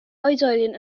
oedolion